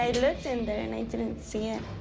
i looked in there and i didn't see it.